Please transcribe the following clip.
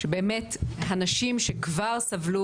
שבאמת הנשים שכבר סבלו